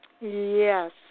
Yes